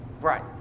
Right